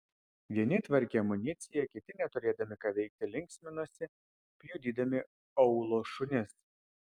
vieni tvarkė amuniciją kiti neturėdami ką veikti linksminosi pjudydami aūlo šunis